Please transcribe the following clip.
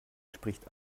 spricht